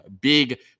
Big